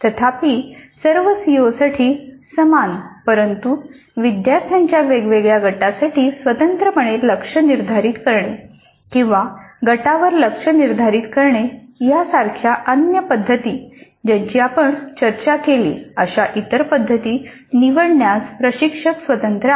तथापि सर्व सीओ साठी समान परंतु विद्यार्थ्यांच्या वेगवेगळ्या गटासाठी स्वतंत्रपणे लक्ष्य निर्धारित करणे किंवा गटवार लक्ष्य निर्धारित करणे यासारख्या अन्य पद्धती ज्यांची आपण चर्चा केली अशा इतर पद्धती निवडण्यास प्रशिक्षक स्वतंत्र आहेत